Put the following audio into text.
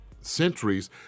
centuries